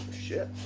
shit